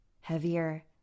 heavier